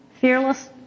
fearless